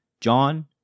John